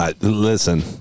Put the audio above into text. Listen